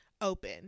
open